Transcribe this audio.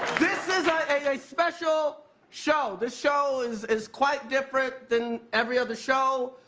this is a special show this show is is quite different than every other show.